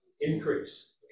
increase